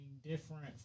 different